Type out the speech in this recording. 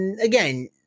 again –